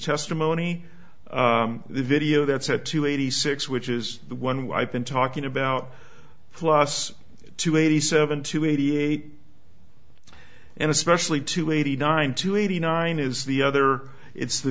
testimony the video that said two eighty six which is the one where i've been talking about plus to eighty seven to eighty eight and especially to eighty nine to eighty nine is the other it's